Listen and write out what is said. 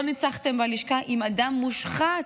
לא ניצחתם בלשכה עם אדם מושחת,